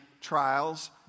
trials